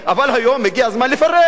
אבל היום הגיע הזמן לפרט.